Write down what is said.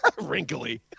wrinkly